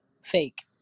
fake